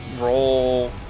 roll